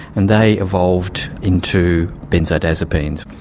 and they evolved into benzodiazepines.